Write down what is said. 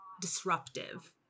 disruptive